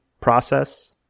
process